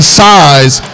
size